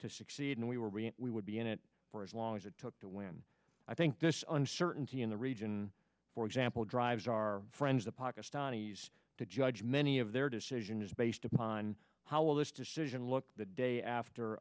to succeed and we were really we would be in it for as long as it took to win i think this uncertainty in the region for example drives our friends the pakistanis to judge many of their decisions based upon how well this decision look the day after